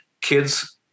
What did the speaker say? kids